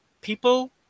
people